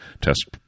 test